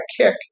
kick